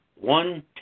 one